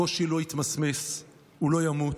הקושי לא יתמסמס, הוא לא ימות,